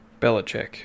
Belichick